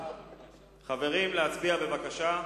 חברים, להצביע בבקשה.